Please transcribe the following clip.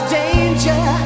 danger